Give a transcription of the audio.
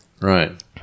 right